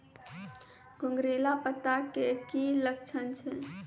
घुंगरीला पत्ता के की लक्छण छै?